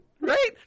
Right